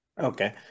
Okay